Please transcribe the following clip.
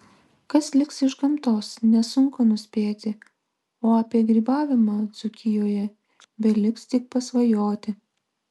kas liks iš gamtos nesunku nuspėti o apie grybavimą dzūkijoje beliks tik pasvajoti